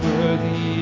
Worthy